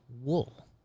wool